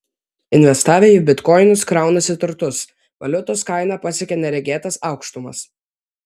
investavę į bitkoinus kraunasi turtus valiutos kaina pasiekė neregėtas aukštumas